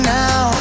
now